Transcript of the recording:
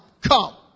come